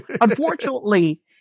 Unfortunately